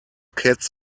cats